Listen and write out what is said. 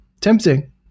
tempting